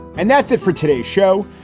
and that's it for today's show.